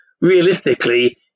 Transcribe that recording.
realistically